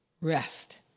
rest